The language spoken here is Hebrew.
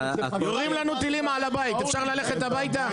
יורים לנו טילים על הבית, אפשר ללכת הביתה?